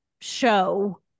show